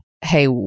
hey